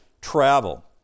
travel